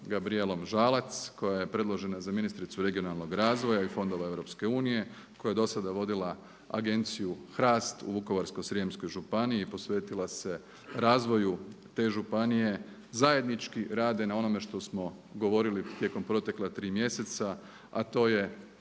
Gabrijelom Žalac koja je predložena za ministricu regionalnog razvoja i fondova EU, koja je do sada vodila Agenciju HRAST u Vukovarsko-srijemskoj županiji posvetila se razvoju te županije. Zajednički rade na onome što smo govorili tijekom protekla tri mjeseca a to je